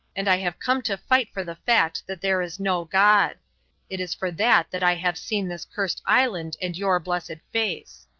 and i have come to fight for the fact that there is no god it is for that that i have seen this cursed island and your blessed face.